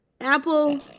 Apple